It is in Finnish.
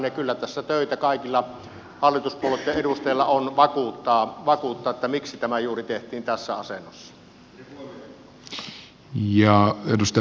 kyllä tässä töitä kaikilla hallituspuolueitten edustajilla on vakuuttaa miksi tämä tehtiin juuri tässä asennossa